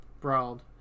brawled